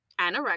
anorexia